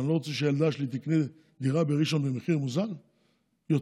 אני לא רוצה שהילדה שלי תקנה דירה בראשון במחיר מוזל יותר?